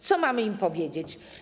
Co mamy im powiedzieć?